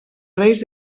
reis